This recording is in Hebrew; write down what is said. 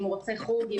אם הוא רוצה חוג,